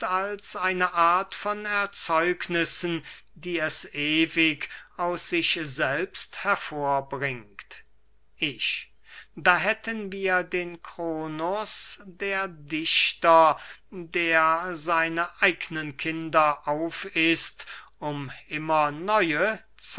als eine art von erzeugnissen die es ewig aus sich selbst hervorbringt ich da hätten wir den kronos der dichter der seine eignen kinder aufißt um immer neue